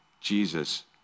Jesus